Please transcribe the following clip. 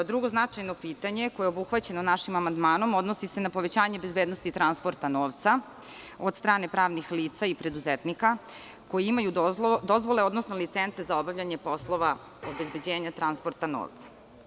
Drugo značajno pitanje koje je obuhvaćeno našim amandmanom se odnosi na povećanje bezbednosti transporta novca od strane pravnih lica i preduzetnika koji imaju dozvole, odnosno licence za obavljanje poslova obezbeđenja transporta novca.